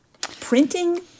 Printing